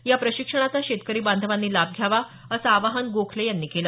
या प्रशिक्षणाचा शेतकरी बांधवांनी लाभ घ्यावा असं आवाहन गोखले यांनी केलं